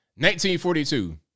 1942